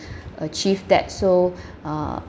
achieve that so uh